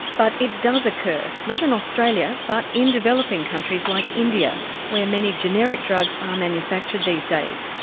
but it does occur, not in australia but in developing countries like india where many generic drugs are manufactured these days.